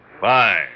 Fine